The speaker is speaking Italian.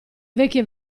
vecchie